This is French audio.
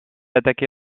attaqué